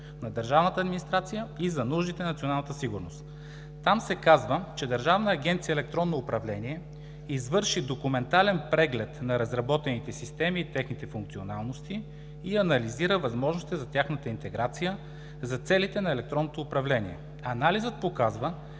на държавната администрация и за нуждите на националната сигурност. Там се казва, че: „Държавна агенция „Електронно управление“ извърши документален преглед на разработените системи и техните функционалности и анализира възможностите за тяхната интеграция за целите на електронното управление. Анализът показва,